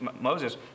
Moses